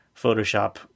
Photoshop